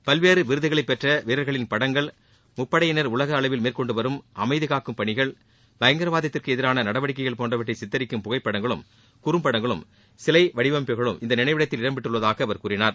பல்வேறு விருதுகளை பெற்ற வீரர்களின் படங்கள் முப்படையினர் உலக அளவில் மேற்கொண்டு வரும் அமைதி காக்கும் பணிகள் பயங்கரவாதத்திற்கு எதிரான நடவடிக்கைகள் போன்றவற்றை சித்தரிக்கும் புகைப்படங்களும் குறும்படங்களும் சிலை வடிவமைப்புகளும் இந்த நினைவிடத்தில் இடம்பெற்றுள்ளதாக அவர் கூறினார்